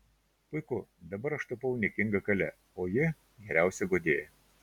puiku dabar aš tapau niekinga kale o ji geriausia guodėja